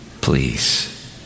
please